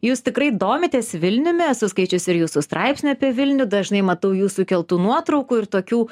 jūs tikrai domitės vilniumi esu skaičiusi ir jūsų straipsnį apie vilnių dažnai matau jūsų įkeltų nuotraukų ir tokių